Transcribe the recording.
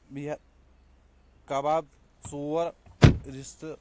بییٚہِ ہا کباب ژور رستہٕ